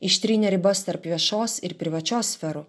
ištrynė ribas tarp viešos ir privačios sferų